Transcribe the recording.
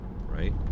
right